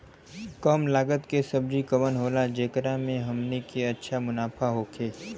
कम लागत के सब्जी कवन होला जेकरा में हमनी के अच्छा मुनाफा होखे?